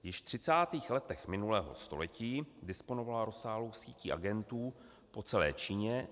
Již v 30. letech minulého století disponovala rozsáhlou sítí agentů po celé Číně.